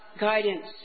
Guidance